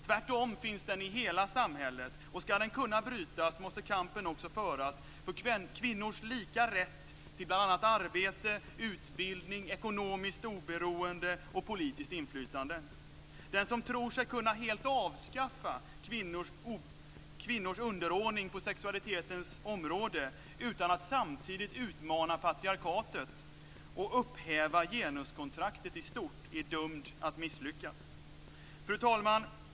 Tvärtom finns den i hela samhället, och ska den kunna brytas måste kampen också föras för kvinnors lika rätt till bl.a. arbete, utbildning, ekonomiskt oberoende och politiskt inflytande. Den som tror sig kunna helt avskaffa kvinnors underordning på sexualitetens område utan att samtidigt utmana patriarkatet och upphäva genuskontraktet i stort är dömd att misslyckas. Fru talman!